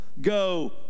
go